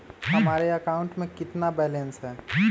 हमारे अकाउंट में कितना बैलेंस है?